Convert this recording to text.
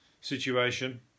situation